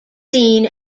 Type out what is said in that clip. seen